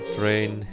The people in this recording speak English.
train